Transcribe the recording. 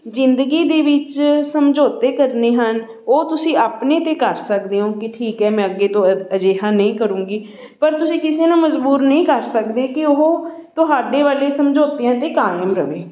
ਜ਼ਿੰਦਗੀ ਦੇ ਵਿੱਚ ਸਮਝੌਤੇ ਕਰਨੇ ਹਨ ਉਹ ਤੁਸੀਂ ਆਪਣੇ 'ਤੇ ਕਰ ਸਕਦੇ ਹੋ ਕਿ ਠੀਕ ਹੈ ਮੈਂ ਅੱਗੇ ਤੋਂ ਇੱ ਅਜਿਹਾ ਨਹੀਂ ਕਰੂੰਗੀ ਪਰ ਤੁਸੀਂ ਕਿਸੇ ਨੂੰ ਮਜ਼ਬੂਰ ਨਹੀਂ ਕਰ ਸਕਦੇ ਕਿ ਉਹ ਤੁਹਾਡੇ ਵਾਲੇ ਸਮਝੌਤਿਆਂ 'ਤੇ ਕਾਇਮ ਰਹੇ